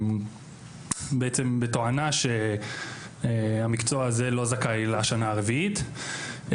בעצם בתואנה שהמקצוע הזה לא זכאי לשנה הרביעית.